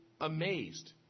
amazed